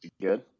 Good